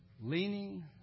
Leaning